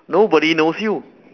nobody knows you